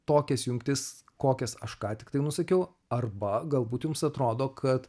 tokias jungtis kokias aš ką tik tai nusakiau arba galbūt jums atrodo kad